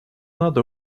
надо